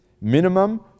Minimum